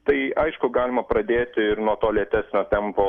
tai aišku galima pradėti ir nuo to lėtesnio tempo